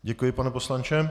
Děkuji, pane poslanče.